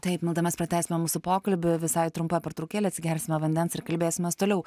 taip milda mes pratęsime mūsų pokalbį visai trumpa pertraukėlė atsigersime vandens ir kalbėsimės toliau